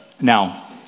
Now